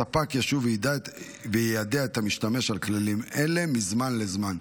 הספק ישוב ויידע את המשתמש על כלים אלה מזמן לזמן.